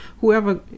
whoever